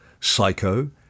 Psycho